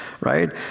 right